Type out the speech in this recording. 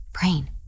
brain